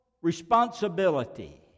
responsibility